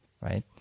right